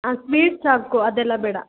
ಹಾಂ ಸ್ವೀಟ್ಸ್ ಸಾಕು ಅದೆಲ್ಲ ಬೇಡ